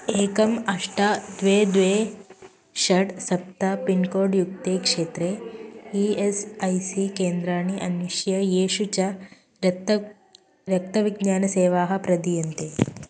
एकम् अष्ट द्वे द्वे षट् सप्त पिन्कोड् युक्ते क्षेत्रे ई एस् ऐ सी केन्द्राणि अन्विष्य येषु च रत्तक् रक्तविज्ञानसेवाः प्रदीयन्ते